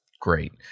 great